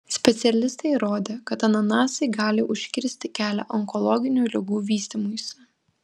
specialistai įrodė kad ananasai gali užkirsti kelią onkologinių ligų vystymuisi